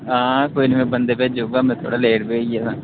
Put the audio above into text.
हां कोई न मैं बन्दे भेजी ओड़गा मैं थोह्ड़ा लेट बी होई गेदा आं